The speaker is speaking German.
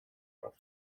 auf